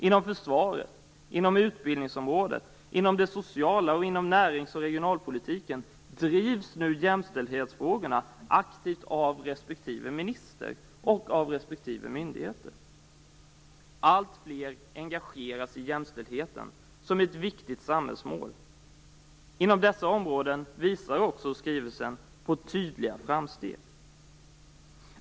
Inom försvaret, utbildningsområdet, det sociala och närings och regionalpolitiken drivs nu jämställdhetsfrågorna aktivt av respektive minister och av respektive myndighet. Alltfler engageras i jämställdheten som ett viktigt samhällsmål. Inom dessa områden visar också skrivelsen på tydliga framsteg.